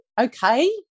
okay